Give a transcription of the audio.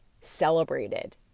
celebrated